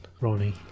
Ronnie